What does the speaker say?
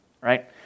right